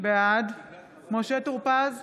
בעד משה טור פז,